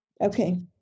Okay